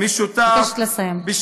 במאבק משותף.